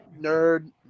nerd